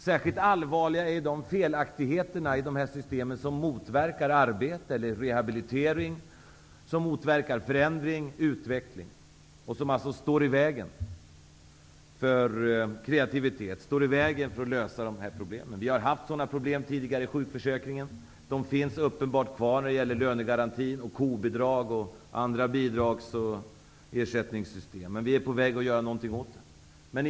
Särskilt allvarliga är de felaktigheter i sådana här system som motverkar arbete och rehabilitering samt förändring och utveckling. De står i vägen för kreativitet och problemlösning. Vi har tidigare haft sådana här problem när det gäller sjukförsäkringen, och de finns uppenbarligen kvar när det gäller bl.a. lönegaranti och KO-bidrag. Men vi försöker göra något åt det.